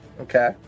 Okay